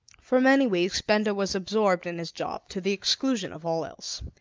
for many weeks benda was absorbed in his job, to the exclusion of all else.